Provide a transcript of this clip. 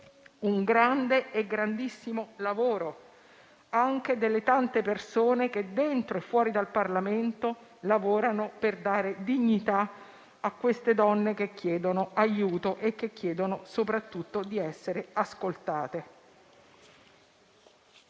tema, un grandissimo lavoro anche delle tante persone che dentro e fuori dal Parlamento operano per dare dignità a queste donne che chiedono aiuto e soprattutto di essere ascoltate.